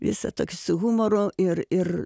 visą toks su humoru ir ir